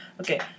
Okay